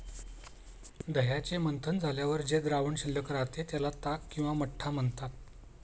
दह्याचे मंथन झाल्यावर जे द्रावण शिल्लक राहते, त्याला ताक किंवा मठ्ठा म्हणतात